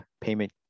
payment